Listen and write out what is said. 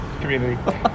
community